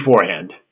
beforehand